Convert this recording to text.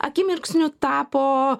akimirksniu tapo